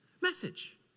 message